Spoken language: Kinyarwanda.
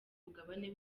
mugabane